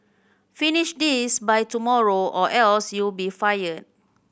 finish this by tomorrow or else you'll be fired